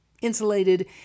insulated